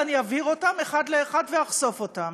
ואני אבהיר אותם אחד לאחד ואחשוף אותם.